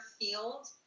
field